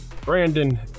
Brandon